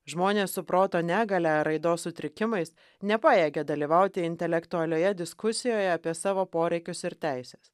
žmonės su proto negalia ar raidos sutrikimais nepajėgia dalyvauti intelektualioje diskusijoje apie savo poreikius ir teises